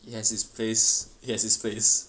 it has its place it has its place